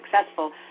successful